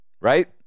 right